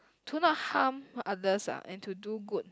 to not harm others lah and to do good